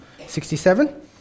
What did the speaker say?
67